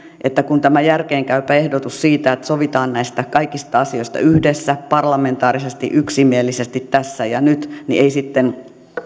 että kun tämä järkeenkäypä ehdotus siitä että sovitaan näistä kaikista asioista yhdessä parlamentaarisesti yksimielisesti tässä ja nyt ei sitten